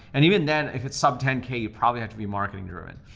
and even then, if it's sub ten k, you probably have to be marketing drove. and